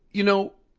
you know,